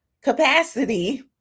capacity